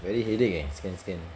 very headache eh scan scan